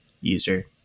user